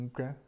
Okay